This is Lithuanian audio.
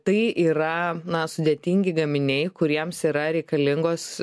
tai yra na sudėtingi gaminiai kuriems yra reikalingos